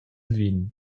vin